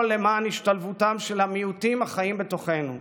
למען השתלבותם של המיעוטים החיים בתוכנו.